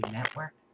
Network